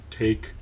take